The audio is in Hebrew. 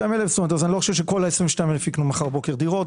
אני לא חושב שכל ה-22,000 יקנו מחר בבוקר דירות,